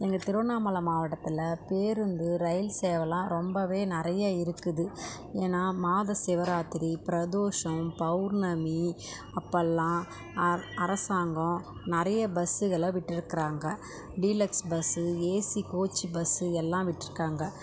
எங்கள் திருவண்ணாமலை மாவட்டத்தில் பேருந்து ரயில் சேவைல்லாம் ரொம்பவே நிறைய இருக்குது ஏன்னால் மாத சிவராத்திரி பிரதோஷம் பௌர்ணமி அப்பெல்லாம் அரசாங்கம் நிறைய பஸ்ஸுகளை விட்டுருக்கிறாங்க deluxe bus AC coach bus எல்லாம் விட்டிருக்காங்க